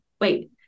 Wait